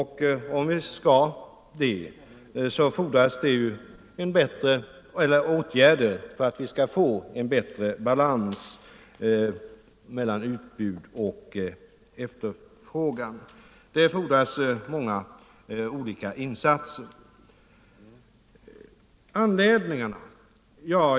Hur vi än gör, fordras det åtgärder för att få en bättre balans mellan utbud och efterfrågan. Det fordras många olika insatser. Vilka är då anledningarna till dessa svårigheter?